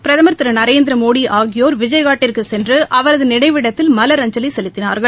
பிரதமர் திரு நரேந்திர மோடி ஆகியோர் விஜய்காட்டிற்கு சென்று அவரது நினைவிடத்தில் மலரஞ்சவி செலுத்தினார்கள்